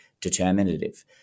determinative